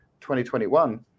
2021